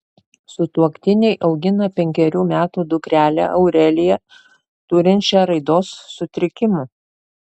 sutuoktiniai augina penkerių metų dukrelę aureliją turinčią raidos sutrikimų